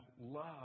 love